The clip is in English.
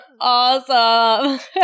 awesome